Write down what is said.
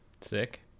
Sick